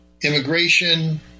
immigration